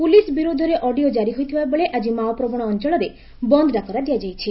police ବିରୁଦ୍ଧରେ ଅଡିଓ କାରି ହୋଇଥିବା ବେଳେ ଆକି ମାଓପ୍ରବଣ ଅଞ୍ଞଳରେ ବନ୍ଦ ଡାକରା ଦିଆଯାଇଛି